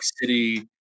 City